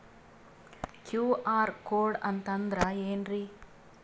QR code ಅಂತಂದ್ರ ಏನ್ರೀ?